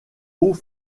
hauts